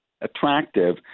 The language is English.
attractive